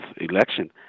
election